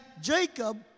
Jacob